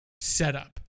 setup